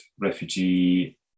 refugee